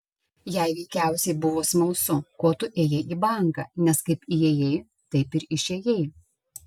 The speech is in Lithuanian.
jai veikiausiai buvo smalsu ko tu ėjai į banką nes kaip įėjai taip ir išėjai